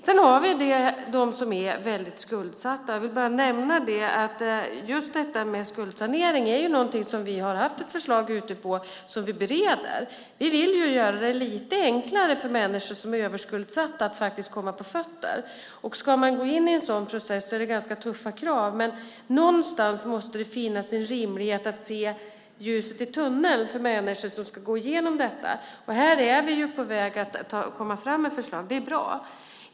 Sedan har vi de som är väldigt skuldsatta. Jag vill bara nämna att just detta med skuldsanering är något som vi har haft ett förslag på som vi nu bereder. Vi vill göra det lite enklare för människor som är överskuldsatta att komma på fötter. Ska man gå in i en sådan process är det ganska tuffa krav, men någonstans måste det finnas en möjlighet att se ljuset i tunneln för de människor som ska gå igenom detta. Här är vi på väg att komma fram med förslag. Det är bra.